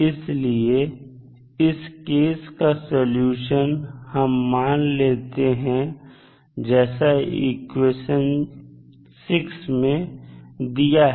इसलिए इस केस का सलूशन हम मान लेते हैं जैसा इक्वेशन 6 में दिया है